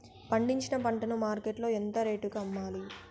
పండించిన పంట ను మార్కెట్ లో ఎంత రేటుకి అమ్మాలి?